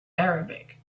arabic